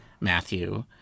Matthew